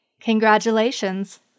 Congratulations